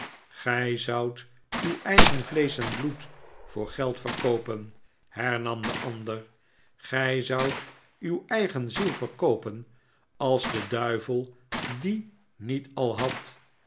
gij zoudt uw eigen vleesch en bloed voor geld verkoopen hernam de ander gij zoudt uw eigen ziel verkoopen als de duivel die niet al had